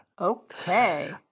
Okay